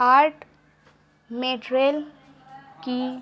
art material کی